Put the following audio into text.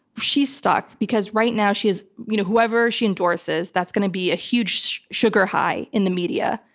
she's stuck because right now she's. you know whoever she endorses, that's going to be a huge sugar high in the media.